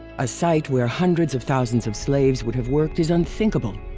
a site where hundreds of thousands of slaves would have worked is unthinkable.